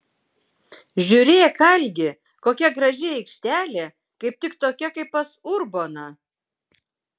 žiūrėk algi kokia graži aikštelė kaip tik tokia kaip pas urboną